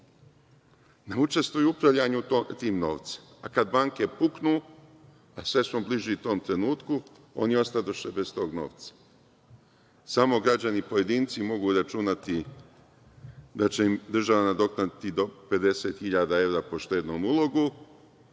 ne učestvuju u upravljanju tim novcem, pa kada banke puknu, a sve smo bliži tom trenutku, oni ostadoše bez tog novca. Samo građani pojedinci mogu računati da će im država nadoknaditi do 50.000 evra po štednom ulogu,